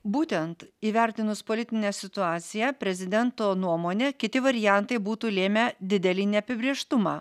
būtent įvertinus politinę situaciją prezidento nuomone kiti variantai būtų lėmę didelį neapibrėžtumą